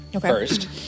First